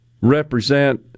represent